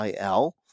IL